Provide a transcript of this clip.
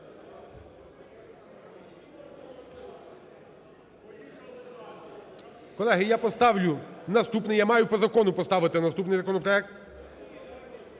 Колеги, я поставлю наступний, я маю по закону поставити наступний законопроект,